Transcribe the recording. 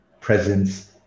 presence